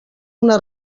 una